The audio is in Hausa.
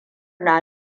na